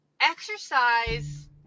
exercise